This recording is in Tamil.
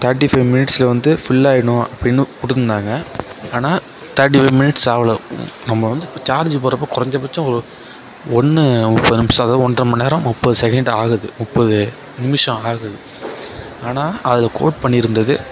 தர்ட்டி பைவ் மினிட்ஸில் வந்து ஃபுல்லாக ஆயிட்ன்ணு அப்படின்னு கொடுத்துருந்தாங்க ஆனால் தர்ட்டி ஃபைவ் மினிட்ஸ் ஆவலை நம்ம வந்து இப்போ சார்ஜ் போடுறப்போ குறைஞ்சபட்சம் ஒன்று முப்பது நிமிஷம் அதாவது ஒன்றமண்நேரம் முப்பது செகெண்ட் ஆவுது முப்பது முப்பது நிமிஷம் ஆகுது ஆனால் அதில் கோட் பண்ணியிருந்தது